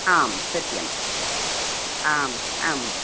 आं सत्यम् आम् आम्